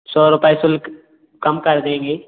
सौ रुपये शुल्क कम कर देंगे